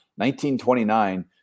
1929